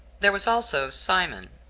there was also simon,